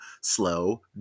slow